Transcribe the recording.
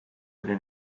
oli